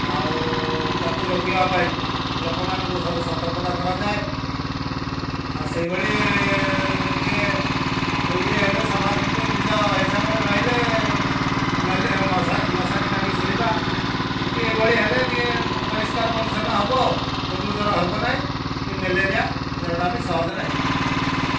ଆଉ ତାକୁ ରୋକିବା ପାଇଁ ଲୋକମାନଙ୍କୁ ସବୁ ସତର୍କତା କରାଯାଏ ଆଉ ସେଇଭଳି ଟିକିଏ ଇଏ ହେଲେ ସଫା ସଫି ନିଜ ହିସାବରେ ରହିଲେ ନେଲେ ମଶାରୀ ଟାଙ୍ଗି ଶୋଇବା ଏଇଭଳି ହେଲେ ଟିକିଏ ପରିଷ୍କାର ପରିଚ୍ଛନ୍ନ ହବ ଆଉ ଡେଙ୍ଗୁ ଜ୍ୱର ହେବ ନାହିଁ କି ମ୍ୟାଲେରିଆ ଜ୍ୱରଟା ବି ସହଜରେ ହେବ ନାହିଁ